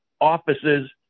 offices